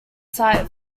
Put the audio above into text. site